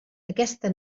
aquesta